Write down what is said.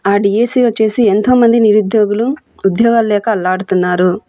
ఆ డిఎస్సి వచ్చేసి ఎంతోమంది నిరుద్యోగులు ఉద్యోగాలు లేక అల్లాడుతున్నారు